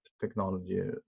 technology